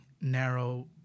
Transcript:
narrow